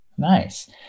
Nice